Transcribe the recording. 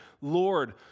Lord